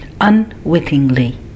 unwittingly